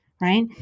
right